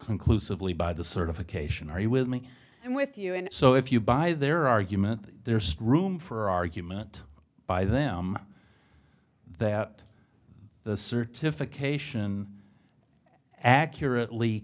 conclusively by the certification are you with me and with you and so if you buy their argument there strewn for argument by them that the certification accurately